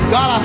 God